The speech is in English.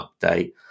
update